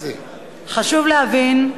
חשוב להבין,